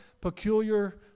peculiar